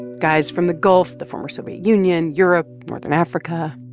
guys from the gulf, the former soviet union, europe, northern africa.